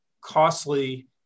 costly